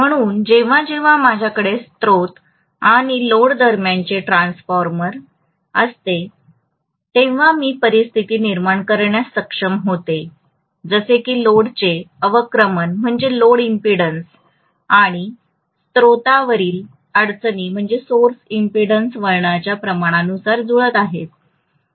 म्हणून जेव्हा जेव्हा माझ्याकडे स्त्रोत आणि लोडदरम्यानचे ट्रान्सफॉर्मर असते तेव्हा मी परिस्थिती निर्माण करण्यास सक्षम होतो जसे की लोडचे अवक्रमण आणि स्त्रोतावरील अडचणी वळणाच्या प्रमाणानुसार जुळत आहेत